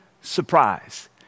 surprise